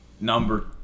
number